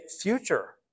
future